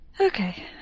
Okay